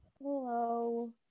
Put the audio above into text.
hello